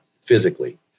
physically